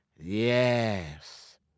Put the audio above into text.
Yes